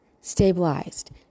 stabilized